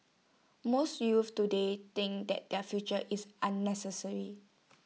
most youths today think that their future is unnecessary